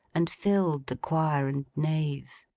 and filled the choir and nave.